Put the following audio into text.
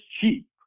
cheap